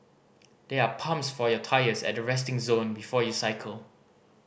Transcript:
there are pumps for your tyres at the resting zone before you cycle